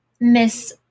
miss